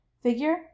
figure